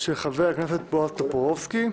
של חבר הכנסת בועז טופורובסקי.